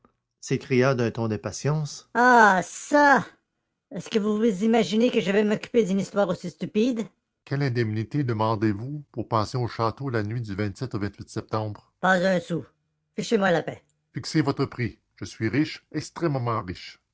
s'écria d'un ton d'impatience ah ça est-ce que vous vous imaginez que je vais m'occuper d'une histoire aussi stupide quelle indemnité demandez-vous pour passer au château la nuit du au septembre pas un sou fichez-moi la paix fixez votre prix je suis riche extrêmement riche